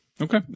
Okay